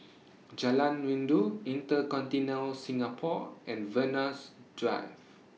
Jalan Rindu InterContinental Singapore and Venus Drive